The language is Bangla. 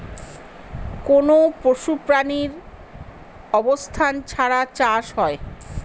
কোনো পশু প্রাণীর অবস্থান ছাড়া চাষ হয়